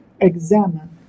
examine